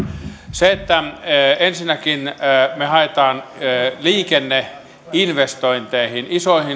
se että ensinnäkin me haemme liikenneinvestointeihin